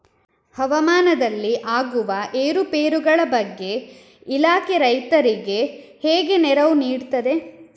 ಹವಾಮಾನದಲ್ಲಿ ಆಗುವ ಏರುಪೇರುಗಳ ಬಗ್ಗೆ ಇಲಾಖೆ ರೈತರಿಗೆ ಹೇಗೆ ನೆರವು ನೀಡ್ತದೆ?